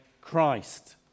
Christ